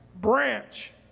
branch